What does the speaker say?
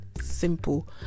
simple